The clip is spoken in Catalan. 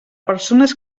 persones